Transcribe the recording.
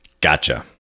Gotcha